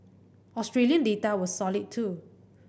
Australian data was solid too